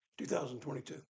2022